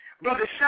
Brother